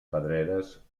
pedreres